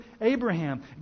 Abraham